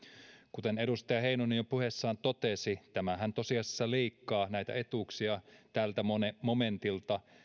kuten edustaja heinonen jo puheessaan totesi tämähän tosiasiassa leikkaa etuuksia tältä momentilta